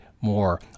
more